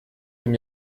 dem